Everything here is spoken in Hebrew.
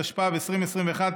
התשפ"ב 2021,